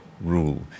rule